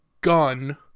gun